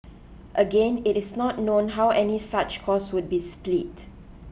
again it is not known how any such cost would be split